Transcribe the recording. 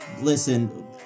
Listen